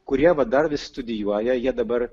kurie vat dar vis studijuoja jie dabar